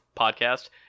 podcast